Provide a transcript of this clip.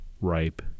ripe